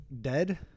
dead